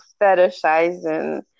fetishizing